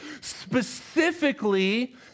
specifically